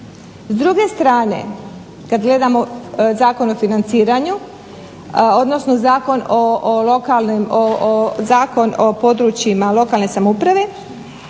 S druge strane kad gledamo Zakon o financiranju, odnosno Zakon o područjima lokalne samouprave